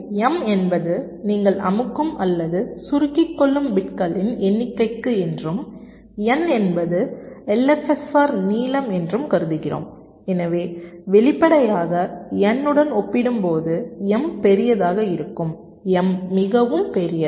எனவே m என்பது நீங்கள் அமுக்கும் அல்லது சுருக்கிக் கொள்ளும் பிட்களின் எண்ணிக்கை என்றும் n என்பது LFSR நீளம் என்றும் கருதுகிறோம் எனவே வெளிப்படையாக n உடன் ஒப்பிடும்போது m பெரியதாக இருக்கும் m மிகவும் பெரியது